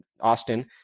austin